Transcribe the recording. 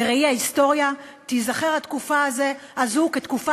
בראי ההיסטוריה תיזכר התקופה הזאת כתקופה